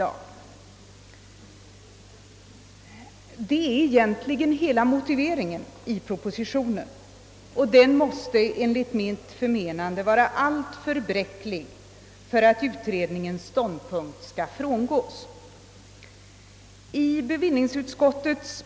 Detta är egentligen hela motiveringen i propositionens förslag på denna punkt, och den är enligt mitt förmenande alltför bräcklig för att utredningens ståndpunkt med anledning härav skall kunna frångås. Bevillningsutskottets .